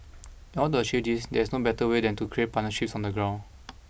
in order to achieve this there is no better way than to create partnerships on the ground